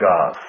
God